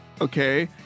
okay